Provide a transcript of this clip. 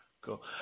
Cool